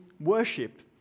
worship